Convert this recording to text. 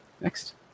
Next